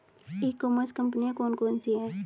ई commerce कंपनियाँ कौन कौन सी हैं?